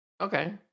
Okay